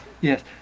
yes